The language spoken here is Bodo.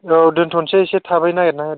औ दोनथ'नोसै एसे थाबैनो नागिरना होदो